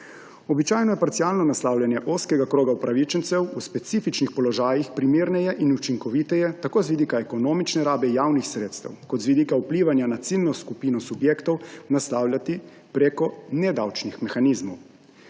Običajno je parcialno naslavljanje ozkega kroga upravičencev v specifičnih položajih primerneje in učinkoviteje tako z vidika ekonomične rabe javnih sredstev kot z vidika vplivanja na ciljno skupino subjektov naslavljati prek nedavčnih mehanizmov.